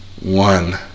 One